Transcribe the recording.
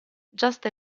just